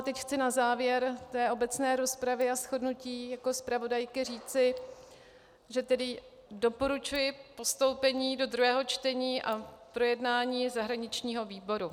Teď chci na závěr obecné rozpravy a shrnutí jako zpravodajky říci, že tedy doporučuji postoupení do druhého čtení a projednání zahraničního výboru.